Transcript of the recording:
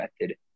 method